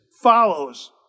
follows